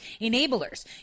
enablers